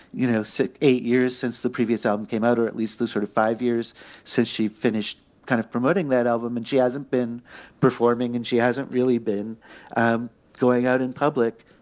you know, six, eight years since the previous album came out, or at least the sort of five years since she finished kind of promoting that album. and she hasn't been performing and she hasn't really been going out in public